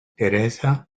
teresa